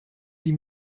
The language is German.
die